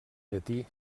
llatí